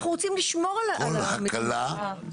אנחנו רוצים לשמור על ה --- כל הקלה צריכה